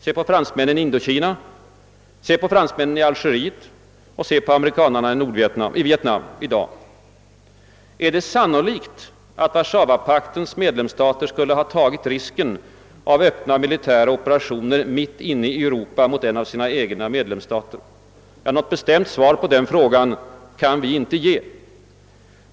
Se på fransmännen i Indokina, se på fransmännen i Algeriet och se på amerikanarna i Vietnam i dag. är det sannolikt, att Warszawapaktens medlemsstater skulle ha tagit risken av öppna militära operationer mitt inne i Europa mot en av sina egna medlemsstater? Något bestämt svar på den frågan kan vi inte ge.